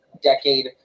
decade